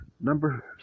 Number